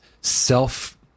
self